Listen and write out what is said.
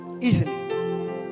easily